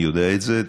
אני יודע את זה.